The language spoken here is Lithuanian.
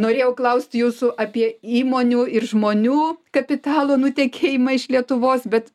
norėjau klaust jūsų apie įmonių ir žmonių kapitalo nutekėjimą iš lietuvos bet